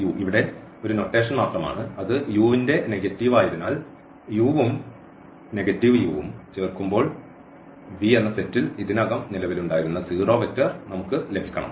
u ഇവിടെ ഒരു notation മാത്രമാണ് അത് u ൻറെ നെഗറ്റീവ് ആയതിനാൽ ഉം ഉം ചേർക്കുമ്പോൾ V സെറ്റിൽ ഇതിനകം നിലവിലുണ്ടായിരുന്ന സീറോ വെക്റ്റർ നമുക്ക് ലഭിക്കണം